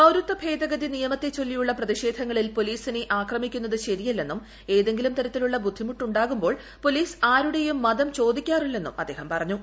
പൌരത്വ ഭേദഗതി നിയമത്തെ ചൊല്ലിയുള്ള പ്രതിഷേധങ്ങളിൽ പോലീസിനെ ആക്രമിക്കുന്നത് ശരിയല്ലെന്നും ഏതെങ്കിലും തരത്തിലുള്ള ബുദ്ധിമുട്ട് ഉണ്ടാകുമ്പോൾ പോലീസ് ആരുടെയും മതം ചോദിക്കാറില്ലെന്നും അദ്ദേഹം പറഞ്ഞു